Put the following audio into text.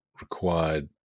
required